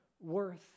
worth